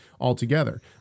altogether